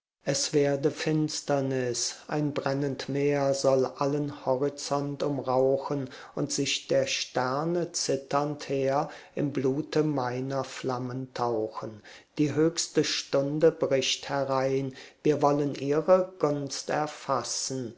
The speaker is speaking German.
es werde finsternis ein brennend meer soll allen horizont umrauchen und sich der sterne zitternd heer im blute meiner flammen tauchen die höchste stunde bricht herein wir wollen ihre gunst erfassen